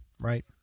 Right